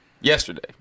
yesterday